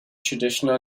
traditional